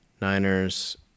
Niners